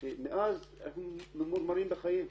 שמאז אנחנו ממורמרים בחיים.